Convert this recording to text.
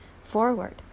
forward